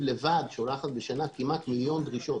כאשר אנחנו שולחים לאנשים דרישות,